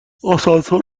آسانسور